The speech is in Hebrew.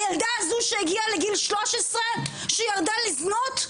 הילדה הזו שהגיעה לגיל 13 שהיא ירדה לזנות,